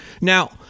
Now